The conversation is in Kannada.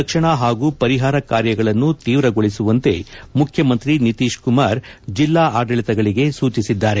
ರಕ್ಷಣಾ ಹಾಗೂ ಪರಿಹಾರ ಕಾರ್ಯಗಳನ್ನು ತೀವ್ರಗೊಳಿಸುವಂತೆ ಮುಖ್ಯಮಂತ್ರಿ ನಿತೀಶ್ ಕುಮಾರ್ ಜಿಲ್ಲಾ ಆಡಳಿತಗಳಿಗೆ ಸೂಚಿಸಿದ್ದಾರೆ